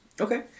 Okay